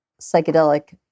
psychedelic